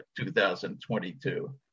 2022